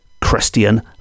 Christian